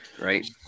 right